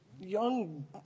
young